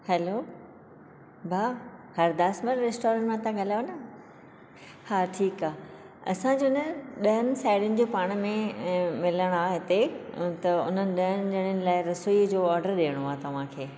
hello भा Hardasmal restaurant मां था ॻाल्हायो न हा ठीक आहे असां जो न ॾहनि साहड़िनि जो पाण में मिलणु आहे हिते त हुननि ॾहनि ॼणनि लाइ रसोईअ जो ऑर्डर ॾियणो आहे तव्हां खे